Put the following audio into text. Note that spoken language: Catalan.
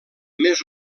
més